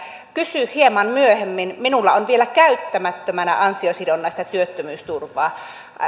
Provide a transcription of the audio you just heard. kysy hieman myöhemmin minulla on vielä käyttämättömänä ansiosidonnaista työttömyysturvaa